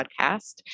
podcast